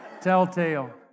Telltale